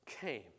came